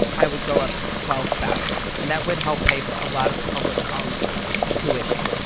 i would go up to twelve thousand, and that would help pay for a lot of public colleges' tuition.